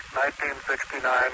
1969